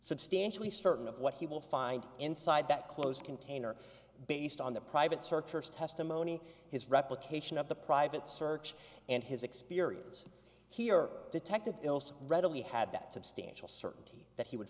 substantially certain of what he will find inside that closed container based on the private searchers testimony his replication of the private search and his experience here detective ilse readily had that substantial certainty that he would